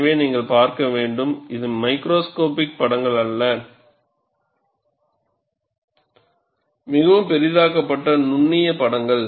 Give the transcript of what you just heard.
எனவே நீங்கள் பார்க்க வேண்டும் இவை மைக்ரோஸ்கோபிக் படங்கள் அல்ல மிகவும் பெரிதாக்கப்பட்ட நுண்ணிய படங்கள்